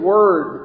Word